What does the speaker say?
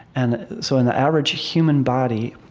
and so in the average human body,